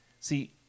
see